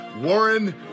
Warren